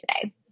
today